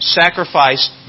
sacrificed